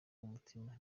umutima